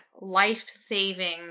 life-saving